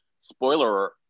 Spoiler